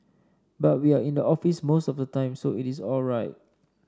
but we are in the office most of the time so it is all right